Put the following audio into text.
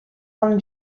con